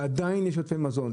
ועדיין יש עודפי מזון.